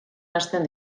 hasten